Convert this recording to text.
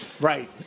Right